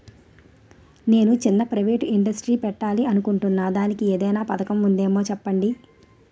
నేను చిన్న private industry పెట్టాలి అనుకుంటున్నా దానికి ఏదైనా పథకం ఉందేమో చెప్పండి?